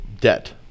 debt